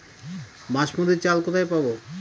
বাসমতী চাল কোথায় পাবো?